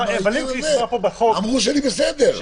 אמרו שאני בסדר.